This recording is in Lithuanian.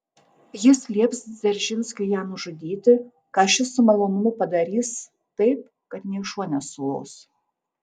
jis lieps dzeržinskiui ją nužudyti ką šis su malonumu padarys taip kad nė šuo nesulos